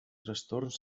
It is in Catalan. trastorns